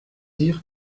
dire